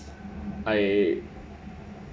I